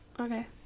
Okay